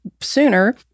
sooner